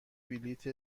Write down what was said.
بلیت